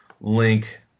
link